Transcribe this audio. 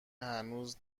هنوز